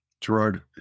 Gerard